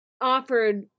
offered